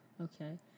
okay